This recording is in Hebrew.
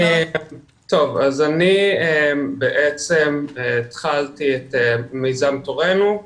אז אני בעצם התחלתי את מיזם תורנו,